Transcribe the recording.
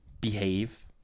behave